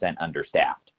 understaffed